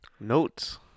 Notes